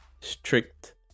Strict